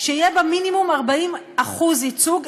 שעקבו אחרי אמירותיהם של אנשים,